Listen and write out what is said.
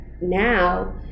now